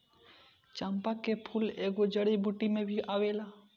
चंपा के फूल एगो जड़ी बूटी में भी आवेला